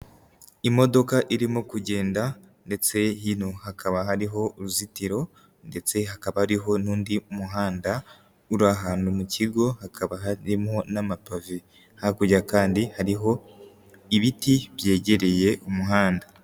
Imodoka irimo kugenda, ndetse hino hakaba hariho uruzitiro, ndetse hakaba ariho n'undi muhanda, uri ahantu mu kigo, hakaba harimo n'amapave. Hakurya kandi hariho, ibiti byegereye umuhanda.